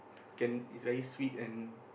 can it's very sweet and